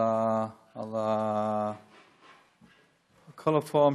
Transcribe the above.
על כל הפורום,